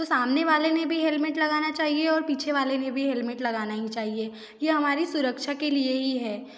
तो सामने वाले ने भी हेलमेट लगाना चाहिए और पीछे वाले ने भी हेलमेट लगाना ही चाहिए ये हमारी सुरक्षा के लिए ही है